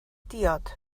diod